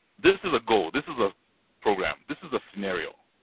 this is a goal. this is a program. this is a scenario.